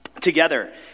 together